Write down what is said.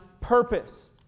purpose